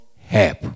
help